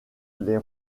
les